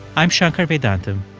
i'm shankar vedantam,